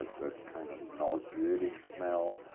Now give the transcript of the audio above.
that kind of nauseating smell.